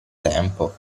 tempo